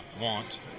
want